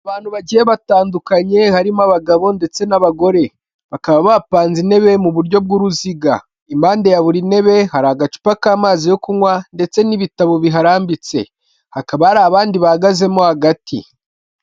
Abantu bagiye batandukanye harimo abagabo ndetse n'abagore, bakaba bapanze intebe mu buryo bw'uruziga, impande ya buri ntebe hari agacupa k'amazi yo kunywa ndetse n'ibitabo biharambitse. Hakaba hari abandi bahagazemo hagati.